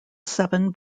seven